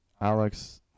alex